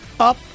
Up